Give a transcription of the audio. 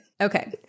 Okay